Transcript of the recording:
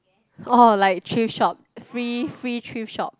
orh like thrift shop free free thrift shop